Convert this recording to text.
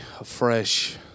afresh